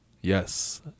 yes